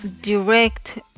direct